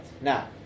Now